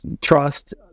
trust